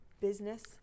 business